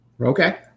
Okay